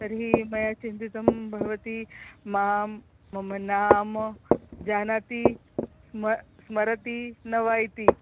तर्हि मया चिन्तितं भवती मां मम नाम जानाति स्म स्मरति न वा इति